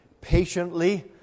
patiently